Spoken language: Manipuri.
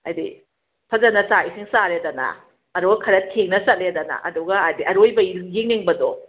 ꯍꯥꯏꯗꯤ ꯐꯖꯅ ꯆꯥꯛ ꯏꯁꯤꯡ ꯆꯥꯔꯦꯗꯅ ꯑꯗꯨꯒ ꯈꯔ ꯊꯦꯡꯅ ꯆꯠꯂꯦꯗꯅ ꯑꯗꯨꯒ ꯍꯥꯏꯗꯤ ꯑꯔꯣꯏꯕꯒꯤ ꯌꯦꯡꯅꯤꯡꯕꯗꯣ